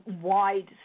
wide